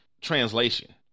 translation